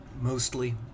Mostly